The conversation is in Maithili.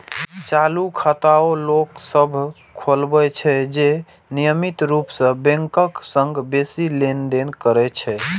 चालू खाता ओ लोक सभ खोलबै छै, जे नियमित रूप सं बैंकक संग बेसी लेनदेन करै छै